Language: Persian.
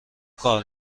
کار